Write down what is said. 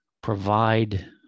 provide